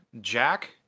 Jack